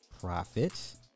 profits